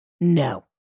no